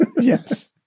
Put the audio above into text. Yes